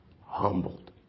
humbled